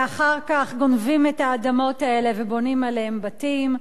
ואחר כך גונבים את האדמות האלה ובונים עליהן בתים,